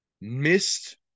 missed